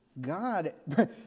God